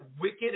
wicked